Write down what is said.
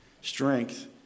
strength